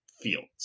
fields